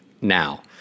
now